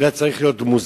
אלא זה צריך להיות מסודר,